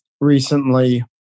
recently